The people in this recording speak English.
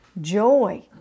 joy